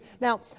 Now